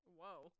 Whoa